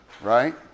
Right